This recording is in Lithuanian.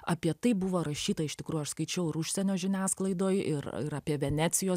apie tai buvo rašyta iš tikrųjų aš skaičiau ir užsienio žiniasklaidoj ir ir apie venecijos